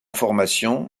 formation